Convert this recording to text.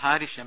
Harish M